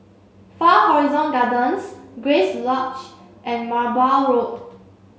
Far Horizon Gardens Grace Lodge and Merbau Road